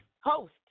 host